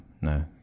no